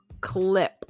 clip